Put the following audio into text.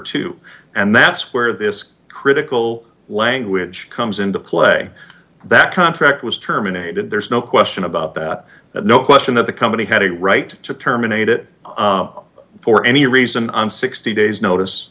dollars and that's where this critical language comes into play that contract was terminated there's no question about that no question that the company had a right to terminate it for any reason on sixty days notice